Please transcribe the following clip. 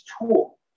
tool